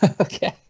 Okay